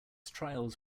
trials